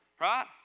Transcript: right